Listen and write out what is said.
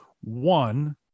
One